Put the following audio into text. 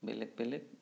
বেলেগ বেলেগ